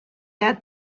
der